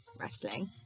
wrestling